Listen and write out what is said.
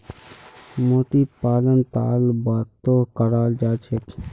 मोती पालन तालाबतो कराल जा छेक